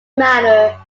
manner